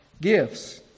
gifts